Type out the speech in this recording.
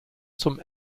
zum